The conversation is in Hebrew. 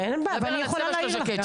כן, אין בעיה, אבל אני יכולה להעיר לך גם.